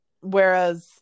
whereas